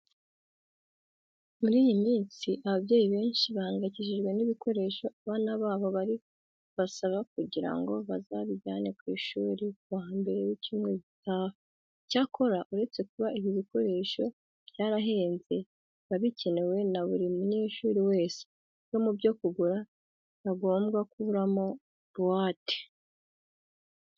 Muri iyi minsi ababyeyi benshi bahangayikishijwe n'ibikoresho abana babo bari kubasaba kugira ngo bazabijyane ku ishuri ku wa mbere w'icyumweru gitaha. Icyakora uretse kuba ibi bikoresho byarahenze, biba bikenewe na buri munyeshuri wese. Rero mu byo bagura ntihagomba kuburamo buwate.